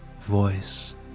voice